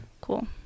Cool